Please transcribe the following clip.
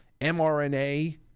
mRNA